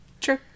True